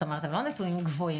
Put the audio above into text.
הם לא גבוהים.